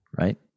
right